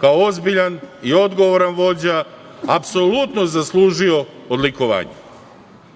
kao ozbiljan i odgovoran vođa, apsolutno zaslužio odlikovanje. Bićemo